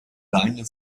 deine